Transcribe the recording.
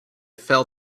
fell